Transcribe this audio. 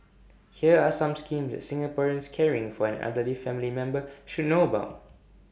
here are some schemes that Singaporeans caring for an elderly family member should know about